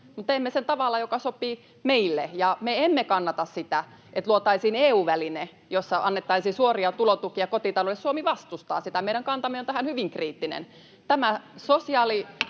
teemme sen tavalla, joka sopii meille. Me emme kannata sitä, että luotaisiin EU-väline, jossa annettaisiin suoria tulotukia kotitalouksille. Suomi vastustaa sitä. Meidän kantamme on tähän hyvin kriittinen.